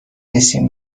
رسیم